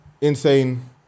insane